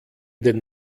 den